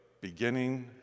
beginning